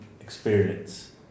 experience